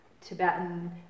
Tibetan